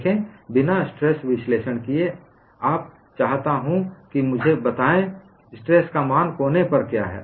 देखें बिना स्ट्रेस विश्लेषण किए आप चाहता हूं कि आप मुझे बताएं स्ट्रेस का मान कोने पर क्या है